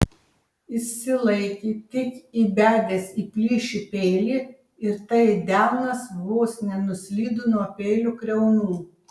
išsilaikė tik įbedęs į plyšį peilį ir tai delnas vos nenuslydo nuo peilio kriaunų